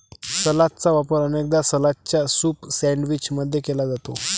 सलादचा वापर अनेकदा सलादच्या सूप सैंडविच मध्ये केला जाते